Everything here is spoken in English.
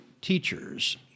teachers